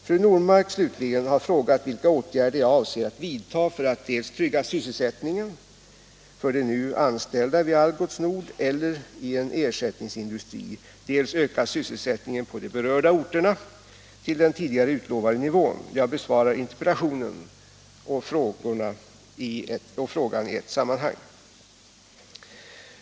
Fru Normark, slutligen, har frågat vilka åtgärder jag avser att vidta för att dels trygga sysselsättningen för de nu anställda vid Algots Nord eller i en ersättningsindustri, dels öka sysselsättningen på de berörda orterna till den tidigare utlovade nivån. Jag besvarar interpellationerna och frågan i ett sammanhang.